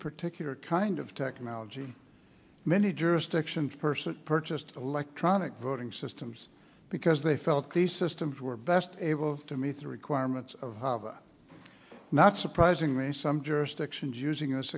particular kind of technology many jurisdictions person purchased electronic voting systems because they felt the systems were best able to meet the requirements of not surprisingly some jurisdictions using